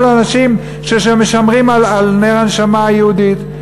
אנשים שמשמרים את נר הנשמה היהודית.